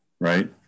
right